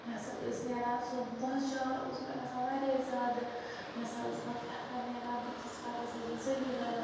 مےٚ ہَسا ٲسۍ نیران سُہ وۄزٕجار اوس مےٚ گَژھان واریاہ زیاد مےٚ ہَسا ٲسۍ پَتہٕ فیٚفَر نیران بُتھِس پَتہٕ ہَسا ٲسۍ مےٚ سٲری وَنان